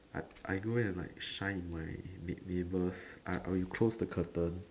I I go in and like shine at my neighbour I would close the curtain